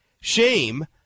shame